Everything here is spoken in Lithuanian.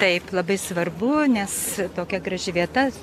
taip labai svarbu nes tokia graži vieta